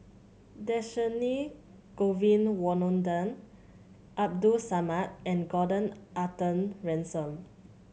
Dhershini Govin Winodan Abdul Samad and Gordon Arthur Ransome